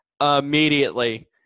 immediately